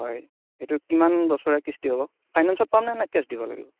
হয় এইটো কিমান বছৰৰ কিস্তি হ'ব ফাইনেঞ্চত পামনে নে কেছ দিব লাগিব